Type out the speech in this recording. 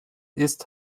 ist